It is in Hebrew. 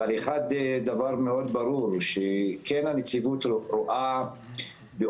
אבל דבר אחד הוא מאוד ברור והוא שהנציבות כן רואה באופן